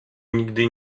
nigdy